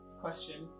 Question